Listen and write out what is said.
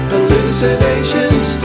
Hallucinations